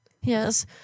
Yes